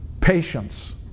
patience